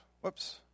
Whoops